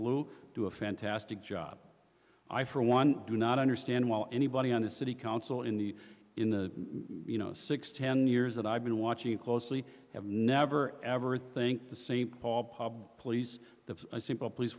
blue do a fantastic job i for one do not understand why anybody on the city council in the in the six ten years that i've been watching closely have never ever think the st paul pub please the simple police